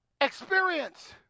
experience